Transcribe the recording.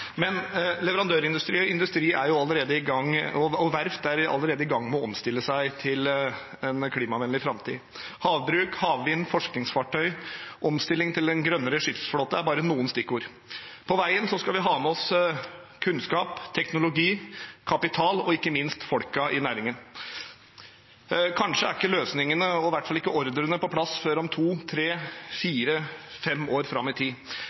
Men leverandørindustri og verft er allerede i gang med å omstille seg til en klimavennlig framtid. Havbruk, havvind, forskningsfartøy og omstilling til en grønnere skipsflåte er bare noen stikkord. På veien skal vi ha med oss kunnskap, teknologi, kapital og ikke minst folkene i næringen. Kanskje er ikke løsningene, og i hvert fall ikke ordrene, på plass før om to, tre, fire eller fem år fram i tid.